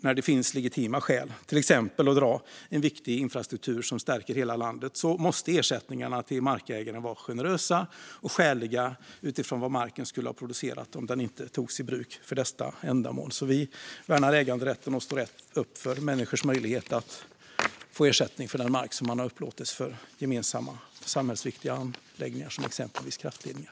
När det finns legitima skäl, till exempel att dra viktig infrastruktur som stärker hela landet, måste ersättningarna till markägaren vara generösa och skäliga utifrån vad marken skulle ha producerat om den inte togs i bruk för detta ändamål. Vi värnar äganderätten och står upp för människors möjlighet att få ersättning för den mark som de har upplåtit för gemensamma samhällsviktiga anläggningar, exempelvis kraftledningar.